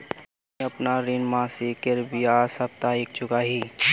मुईअपना ऋण मासिकेर बजाय साप्ताहिक चुका ही